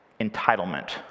Entitlement